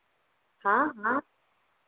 हाँ हाँ